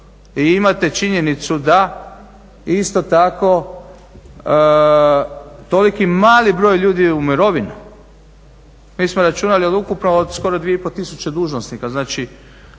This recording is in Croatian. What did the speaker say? i imate činjenicu da isto tako toliki mali broj ljudi u mirovini. Mi smo računali od ukupno od skoro 2,5 tisuće dužnosnika,